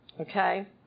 okay